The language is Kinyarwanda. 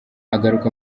agaruka